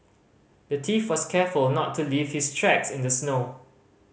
the thief was careful not to leave his tracks in the snow